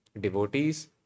devotees